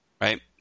Right